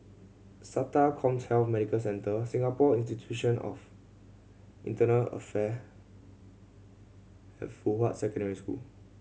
SATA CommHealth Medical Centre Singapore Institute of Affair Fuhua Secondary School